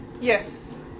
Yes